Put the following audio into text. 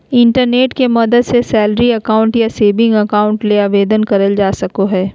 internet के मदद से सैलरी अकाउंट या सेविंग अकाउंट ले आवेदन करल जा सको हय